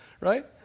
right